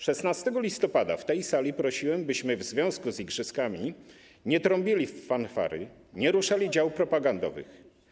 16 listopada w tej sali prosiłem, byśmy w związku z igrzyskami nie trąbili w fanfary, nie ruszali dział propagandowych.